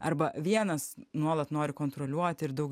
arba vienas nuolat nori kontroliuoti ir daug